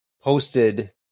posted